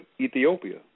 Ethiopia